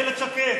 איילת שקד.